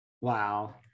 Wow